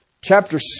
Chapter